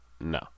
No